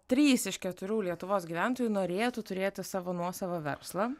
trys iš keturių lietuvos gyventojų norėtų turėti savo nuosavą verslą